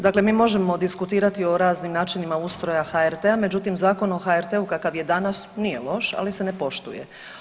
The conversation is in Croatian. Dakle, mi možemo diskutirati o raznim načinima ustroja HRT-a međutim Zakon o HRT-u kakav je danas nije loš, ali se ne poštuje.